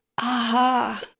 Aha